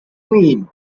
mean